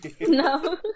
No